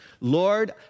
Lord